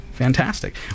fantastic